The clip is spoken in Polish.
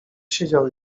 siedział